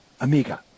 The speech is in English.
Amiga